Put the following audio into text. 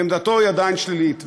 ועמדתו היא עדיין שלילית.